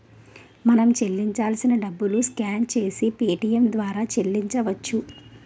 మనం చెల్లించాల్సిన డబ్బులు స్కాన్ చేసి పేటియం ద్వారా చెల్లించవచ్చు